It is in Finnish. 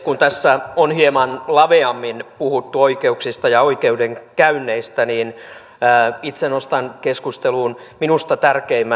kun tässä on hieman laveammin puhuttu oikeuksista ja oikeudenkäynneistä niin itse nostan keskusteluun minusta tärkeimmän